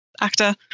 actor